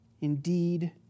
Indeed